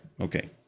Okay